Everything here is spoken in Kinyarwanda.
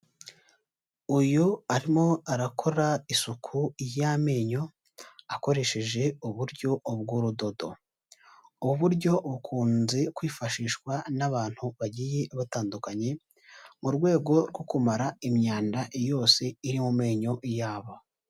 Uyu arimo arakora isuku y'amenyo akoresheje uburyo bw'urudodo, ubu buryo bukunze kwifashishwa n'abantu bagiye batandukanye, mu rwego rwo kumara imyanda yose iri mu menyo yabo.